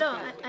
אני